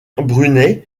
brunei